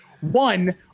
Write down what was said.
One